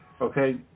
Okay